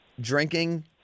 drinking